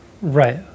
Right